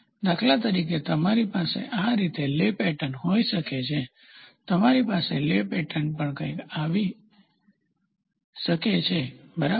દાખ્લા તરીકે તમારી પાસે આ રીતે લે પેટર્ન હોઈ શકે છે તમારી પાસે લે પેટર્ન પણ કંઈક આવી શકે છે બરાબર